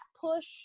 push